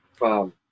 Wow